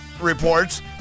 reports